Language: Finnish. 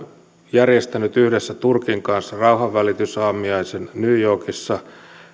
järjestänyt yhdessä turkin kanssa rauhanvälitysaamiaisen new yorkissa